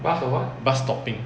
bus stopping